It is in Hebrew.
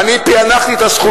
אני פענחתי את הסכומים,